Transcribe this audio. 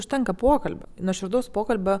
užtenka pokalbio nuoširdaus pokalbio